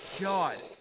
god